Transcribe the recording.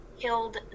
killed